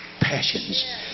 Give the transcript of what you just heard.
passions